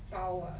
刀啊